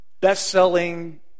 best-selling